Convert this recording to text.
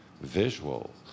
visual